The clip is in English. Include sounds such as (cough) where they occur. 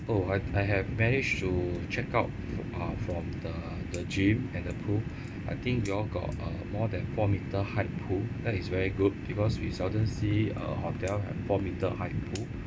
oh I I have managed to check out for uh from the the gym and the pool (breath) I think you all got a more than four meter high pool that is very good because we seldom see a hotel have four meter high pool